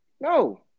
No